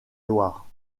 loire